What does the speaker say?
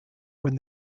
when